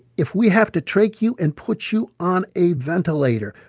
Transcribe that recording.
if we have to trach you and put you on a ventilator,